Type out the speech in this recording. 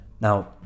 now